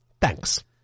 Thanks